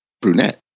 brunette